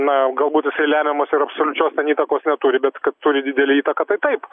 na o galbūt lemiamos ir absoliučios įtakos neturi bet kad turi didelę įtaką tai taip